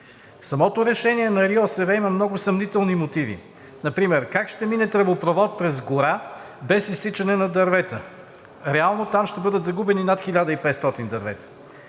самото решение на РИОСВ има много съмнителни мотиви. Например как ще мине тръбопровод през гора без изсичане на дървета? Реално там ще бъдат загубени над 1500 дървета.